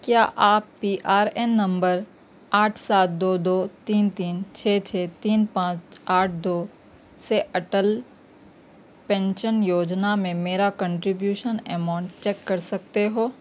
کیا آپ P R N number آٹھ سات دو دو تین تین چھ چھ تین پانچ آٹھ دو سے اٹل پینشن یوجنا میں میرا کنٹریبیوشن اماؤنٹ چیک کر سکتے ہو